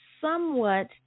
somewhat